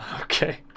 Okay